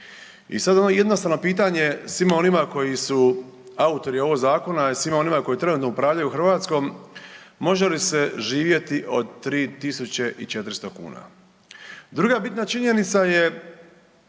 I sada ono jednostavno pitanje svima onima koji su autori ovog zakona i svima onima koji trenutno upravljaju Hrvatskom, može li se živjeti od 3.400 kuna? Druga bitna činjenica je